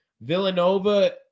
Villanova